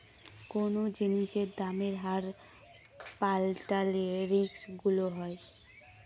কোনো জিনিসের দামের হার পাল্টালে রিস্ক গুলো হয়